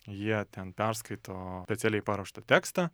jie ten perskaito specialiai paruoštą tekstą